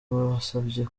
wasabye